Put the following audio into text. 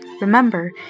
Remember